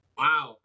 wow